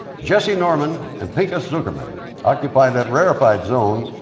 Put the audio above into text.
jessye norman and pinchas zukerman occupy that rarefied zone,